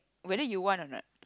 whether you want or not